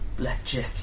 Blackjack